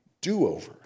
do-over